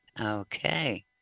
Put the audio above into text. Okay